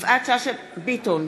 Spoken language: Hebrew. יפעת שאשא ביטון,